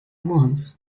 once